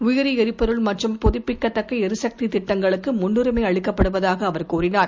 உயிரி எரிபொருள் மற்றும் புதப்பிக்கத்தக்க எரிசக்தி திட்டங்களுக்கு முன்னுரிமை அளிக்கப்படுவதாக அவர் தெரிவித்தார்